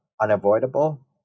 unavoidable